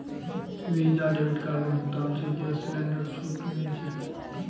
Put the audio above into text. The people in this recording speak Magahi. वीजा डेबिट कार्डेर भुगतान स गैस सिलेंडरत छूट मिल छेक